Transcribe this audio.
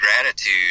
gratitude